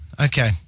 Okay